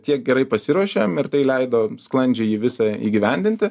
tiek gerai pasiruošėm ir tai leido sklandžiai jį visą įgyvendinti